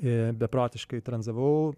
ir beprotiškai tranzavau